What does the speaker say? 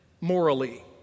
morally